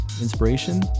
inspiration